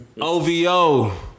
OVO